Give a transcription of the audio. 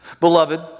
Beloved